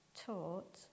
taught